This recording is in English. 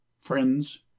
Friends